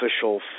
official